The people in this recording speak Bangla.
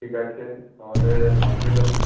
ঠিক আছে তাহলে পাঠিয়ে দেবো